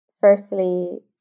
firstly